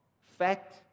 fat